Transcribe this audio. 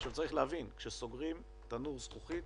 צריך להבין, כשסוגרים תנור זכוכית